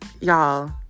y'all